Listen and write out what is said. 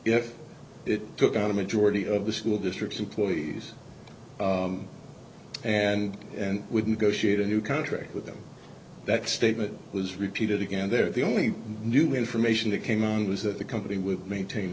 if it took on a majority of the school districts employees and and with negotiate a new contract with them that statement was repeated again they're the only new information that came out was that the company would maintain